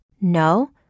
No